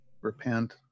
repent